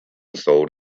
sold